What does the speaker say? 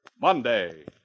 Monday